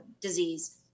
disease